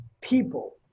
people